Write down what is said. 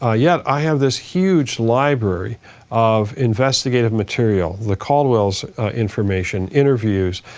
ah yeah i have this huge library of investigative material. the caldwell's information, interviews.